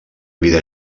vida